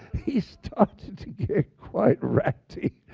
he started to get quite ratty,